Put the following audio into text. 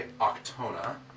Octona